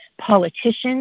politicians